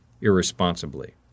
irresponsibly